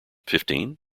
fifteen